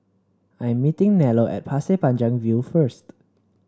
I'm meeting Nello at Pasir Panjang View first